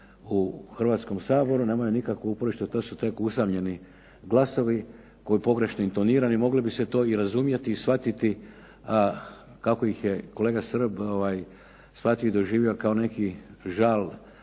u Hrvatskom saboru, nemaju nikakvo uporište to su tek usamljeni glasovi koji pogrešno intonirani moglo bi se to i razumjeti i shvatiti kako ih je kolega Srb shvatio i doživio kao neki žal